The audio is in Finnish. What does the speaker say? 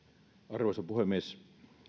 arvoisa puhemies